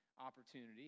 opportunity